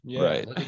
right